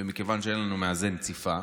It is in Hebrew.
ומכיוון שאין לנו מאזן ציפה,